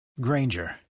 Granger